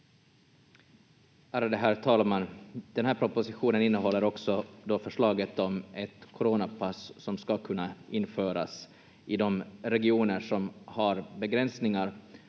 Ärade herr talman! Den här propositionen innehåller också förslaget om ett coronapass som ska kunna införas i de regioner som har begränsningar